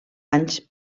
anys